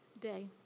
day